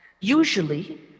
usually